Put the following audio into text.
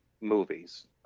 movies